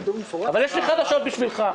אבל יש לי חדשות בשבילך.